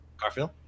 Garfield